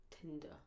Tinder